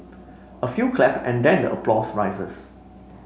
a few clap and then applause rises